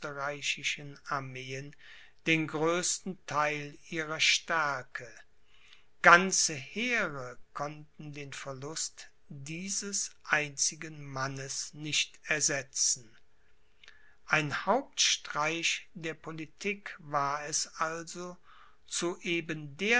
armeen den größten theil ihrer stärke ganze heere konnten den verlust dieses einzigen mannes nicht ersetzen ein hauptstreich der politik war es also zu eben